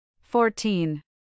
Fourteen